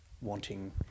wanting